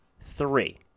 three